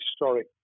historic